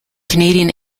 canadian